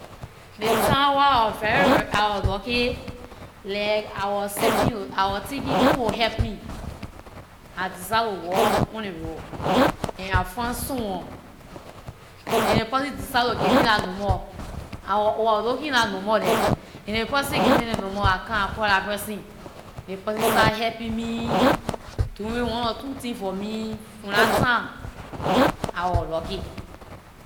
The time where I wor very ver- I wor lucky, like I wor sitting oo; I wor thinking who will help me. I decided to walk on the road, and I find someone and the person decide to give me their number. I wor overlooking that number there, and the person give me dem number; I come- I call that person, the person start helping me, doing one or two things for me, from that time I wor lucky.